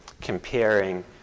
comparing